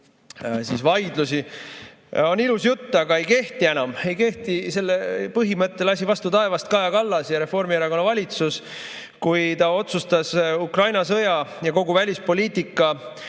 vaidlusi, on ilus jutt, aga see ei kehti enam. Ei kehti. Selle põhimõtte lasi vastu taevast Kaja Kallas ja Reformierakonna valitsus, kui ta otsustas Ukraina sõja ja kogu välispoliitika